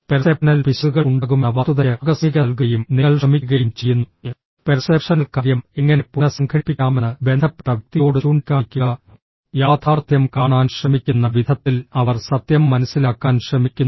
perceptional പിശകുകൾ ഉണ്ടാകുമെന്ന വസ്തുതയ്ക്ക് ആകസ്മികത നൽകുകയും നിങ്ങൾ ശ്രമിക്കുകയും ചെയ്യുന്നു പെർസെപ്ഷനൽ കാര്യം എങ്ങനെ പുനസംഘടിപ്പിക്കാമെന്ന് ബന്ധപ്പെട്ട വ്യക്തിയോട് ചൂണ്ടിക്കാണിക്കുക യാഥാർത്ഥ്യം കാണാൻ ശ്രമിക്കുന്ന വിധത്തിൽ അവർ സത്യം മനസ്സിലാക്കാൻ ശ്രമിക്കുന്നു